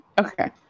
Okay